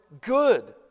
good